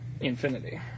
Infinity